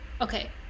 Okay